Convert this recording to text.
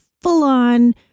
full-on